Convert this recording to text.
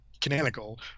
canonical